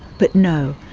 but no,